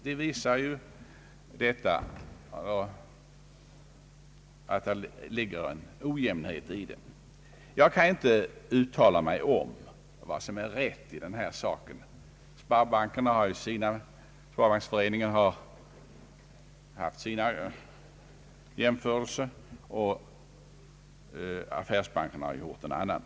Detta visar att det föreligger en ojämnhet. Jag kan inte uttala mig om vad som är rätt i den här saken — Sparbanksföreningen har gjort sin jämförelse och affärsbankerna har gjort en annan.